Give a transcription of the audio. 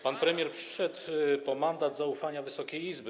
Pan premier przyszedł po mandat zaufania Wysokiej Izby.